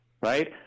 right